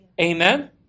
Amen